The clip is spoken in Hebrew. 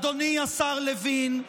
אדוני השר לוין,